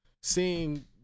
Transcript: seeing